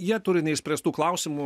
jie turi neišspręstų klausimų